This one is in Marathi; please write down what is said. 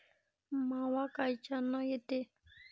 मावा कायच्यानं येते?